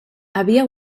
havia